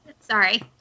Sorry